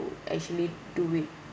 actually do it